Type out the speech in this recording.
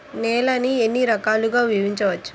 నేలని ఎన్ని రకాలుగా వర్గీకరించవచ్చు?